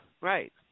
right